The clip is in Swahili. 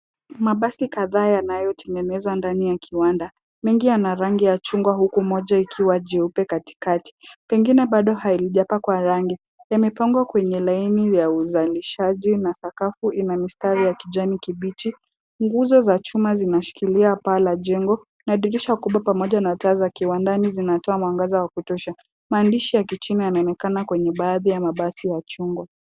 Mabasi kadhaa yanayotengenezwa ndani ya kiwanda. Mengi yana rangi ya chungwa huku moja ikiwa jeupe katikati. Pengine bado halijapakwa rangi. Yamepangwa kwenye laini ya uzalishaji na sakafu ina mistari ya kijani kibichi. Nguzo za chuma zinashikilia paa la jengo na dirisha kubwa pamoja na taa za kiwandani zinatoa mwangaza wa kutosha. Maandishi ya kichina yanaonekana kwenye baadhi ya chungwa.